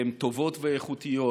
שהן טובות ואיכותיות